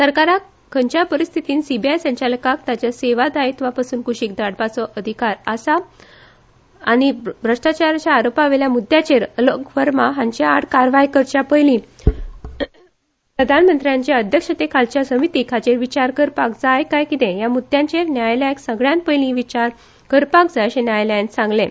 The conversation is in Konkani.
सरकाराक खंयच्यापरिस्थितींत सीबीआय संचालकाक ताच्या सेवा दायित्वा पसून कुशीक काडपाचो अधिकार आसा आनी भ्रश्टाचाराच्या आरोपा वयल्या मुद्याचेर अलोक वर्मा हांचे आड कारवाय करचे पयलीं प्रधानमंत्र्याच्या अध्यक्षताये खाला समितीक हाचेर विचार करपाक जाय काय कितें ह्या मुद्याचेर न्यायालयाक सगल्यांत पयलीं विचार करपाक जाय अशें न्यायालयान सांगलें